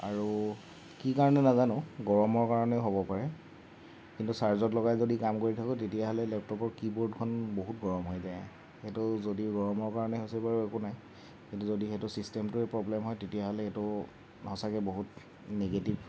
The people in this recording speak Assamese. আৰু কি কাৰণে নাজানো গৰমৰ কাৰণেও হ'ব পাৰে কিন্তু চাৰ্জত লগাই যদি কাম কৰি থাকোঁ তেতিয়া হ'লে লেপট'পৰ কীবোৰ্ডখন বহুত গৰম হৈ যায় সেইটো যদি গৰমৰ কাৰণে হৈছে বাৰু একো নাই কিন্তু যদি সেই ছিষ্টেমটোৱে প্ৰব্লেম হয় তেতিয়াহ'লে এইটো সঁচাকৈ বহুত নিগেটিভ